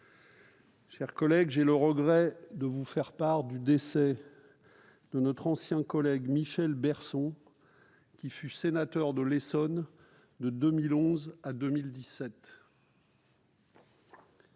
chers collègues, j'ai le regret de vous faire part du décès de notre ancien collègue Michel Berson, qui fut sénateur de l'Essonne de 2011 à 2017.